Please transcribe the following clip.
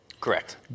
Correct